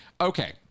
Okay